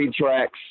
tracks